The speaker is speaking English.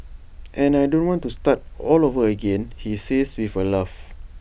and I don't want to start all over again he says with A laugh